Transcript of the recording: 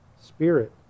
spirit